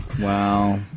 Wow